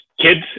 kids